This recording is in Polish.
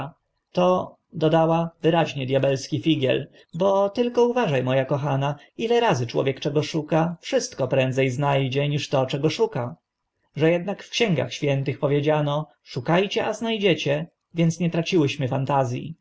to dodała wyraźnie diabelski figiel bo tylko uważa mo a kochana ile razy człowiek czego szuka wszystko prędze zna dzie niż to czego szuka że ednak w księgach świętych powiedziano szuka cie a zna dziecie więc nie traciłyśmy fantaz